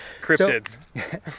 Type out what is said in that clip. cryptids